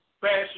fashion